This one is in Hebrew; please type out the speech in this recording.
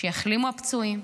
שיחלימו הפצועים.